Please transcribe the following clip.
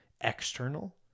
external